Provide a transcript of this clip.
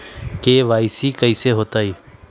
KYC कैसे होतई?